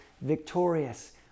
victorious